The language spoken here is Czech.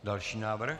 Další návrh.